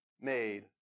made